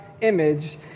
image